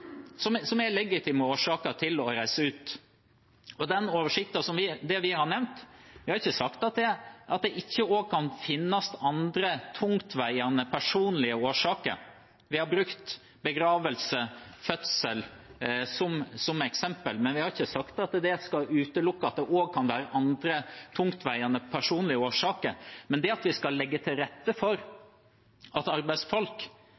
del årsaker som er legitime grunner til å reise ut, og når det gjelder den oversikten som vi har nevnt, har vi ikke sagt at det ikke også kan finnes andre tungtveiende personlige årsaker – vi har brukt begravelse og fødsel som eksempel, men vi har ikke sagt at det skal utelukke at det også kan være andre tungtveiende personlige årsaker. Men det at vi skal legge til rette for at arbeidsfolk